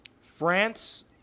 France